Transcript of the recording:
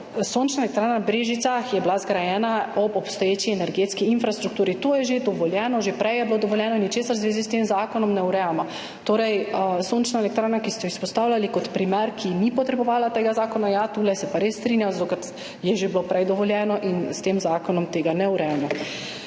sončna elektrarna v Brežicah zgrajena ob obstoječi energetski infrastrukturi. To je že dovoljeno, že prej je bilo dovoljeno, ničesar v zvezi s tem zakonom ne urejamo. Torej, sončna elektrarna, ki ste jo izpostavljali kot primer, ki ni potrebovala tega zakona, ja, tule se pa res strinjam, zato ker je bilo že prej dovoljeno in s tem zakonom tega ne urejamo.